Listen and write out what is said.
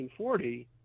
1940